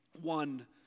one